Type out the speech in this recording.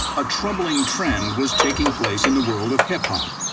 a troubling trend was taking place in the world of hip-hop.